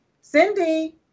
Cindy